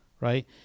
right